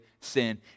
sin